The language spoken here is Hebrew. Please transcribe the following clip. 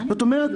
זאת אומרת,